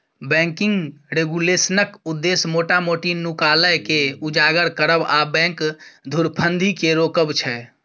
banking रेगुलेशनक उद्देश्य मोटा मोटी नुकाएल केँ उजागर करब आ बैंक धुरफंदी केँ रोकब छै